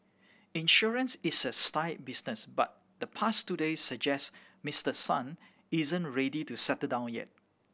insurance is a staid business but the past two days suggest Mister Son isn't ready to settle down yet